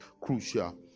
crucial